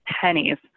pennies